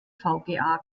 vga